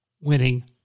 winning